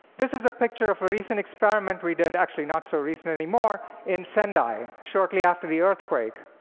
this is a picture of a recent experiment we did actually not so recent anymore in sendai, shortly after the earthquake.